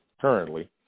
currently